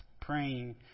praying